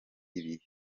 ibi